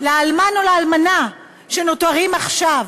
לאלמן או לאלמנה שנותרים עכשיו?